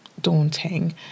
daunting